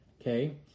Okay